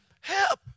help